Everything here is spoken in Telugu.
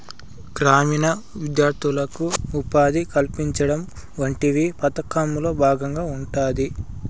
గ్రామీణ విద్యార్థులకు ఉపాధి కల్పించడం వంటివి పథకంలో భాగంగా ఉంటాయి